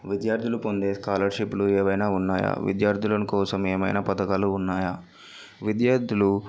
విద్యార్థులు పొందే స్కాలర్షిప్లు ఏవైనా ఉన్నాయా విద్యార్థులను కోసం ఏమైనా పథకాలు ఉన్నాయా విద్యార్థులు